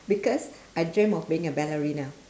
because I dreamt of being a ballerina